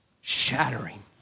shattering